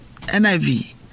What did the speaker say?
niv